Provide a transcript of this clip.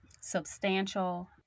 substantial